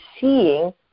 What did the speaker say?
seeing